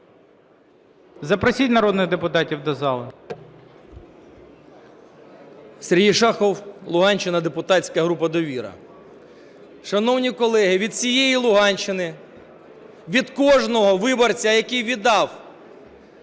Запросіть народних депутатів до зали. 10:33:13 ШАХОВ С.В. Сергій Шахов, Луганщина, депутатська група "Довіра". Шановні колеги, від усієї Луганщини, від кожного виборця, який віддав